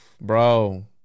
Bro